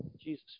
Jesus